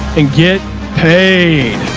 and get paid.